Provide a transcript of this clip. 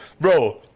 bro